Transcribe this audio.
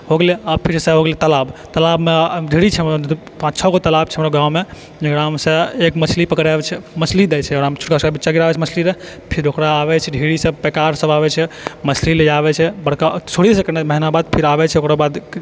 हो गेलइ अब पैसा हो गेलइ तालाबमे ढ़ेरी छै पाँच छओ गो तालाब छै हमरा गाँवमे जेकारमे सँ एक मछली पकड़ाबै छै मछली दै छै फेर ओकरा आबय चाय ढ़ेरी सब प्रकार सब आबय छै मछली ले जाबय छै बड़का फेर आबय छै महीनो बाद